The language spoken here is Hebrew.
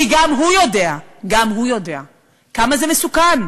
כי גם הוא יודע כמה זה מסוכן.